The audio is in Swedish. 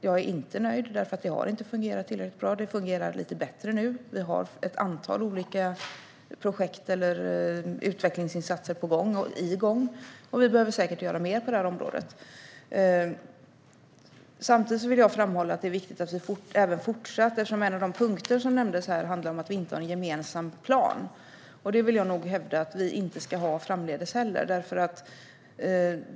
Jag är inte nöjd, eftersom det inte har fungerat tillräckligt bra. Det fungerar lite bättre nu. Vi har ett antal olika projekt eller utvecklingsinsatser på gång och igång, och vi behöver säkert gör mer på detta område. Eftersom en av de punkter som nämndes här handlar om att vi inte har en gemensam plan, vill jag nog hävda att vi inte ska ha det framdeles heller.